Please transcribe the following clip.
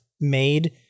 made